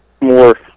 more